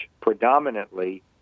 predominantly